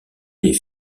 des